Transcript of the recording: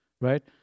right